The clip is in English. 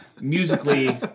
Musically